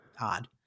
odd